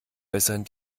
bessern